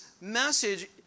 message